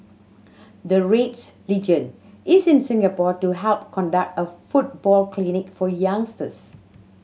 the Reds legend is in Singapore to help conduct a football clinic for youngsters